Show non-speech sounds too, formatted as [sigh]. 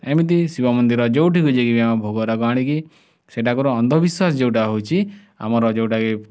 ଏମିତି ଶିବ ମନ୍ଦିର ଯେଉଁଠି ବି [unintelligible] ଭୋଗ ରାଗ ଆଣିକି ସେଠାକାର ଅନ୍ଧ ବିଶ୍ୱାସ ଯେଉଁଟା ହେଉଛି ଆମର ଯେଉଁଟାକି